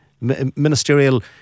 ministerial